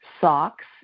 socks